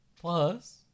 plus